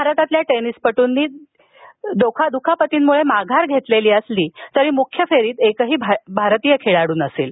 भारतातील टेनिसपटुंनी दुखापतींमुळे माघार घेतली असुन मुख्य फेरीत एकही भारतीय खेळाडू नसेल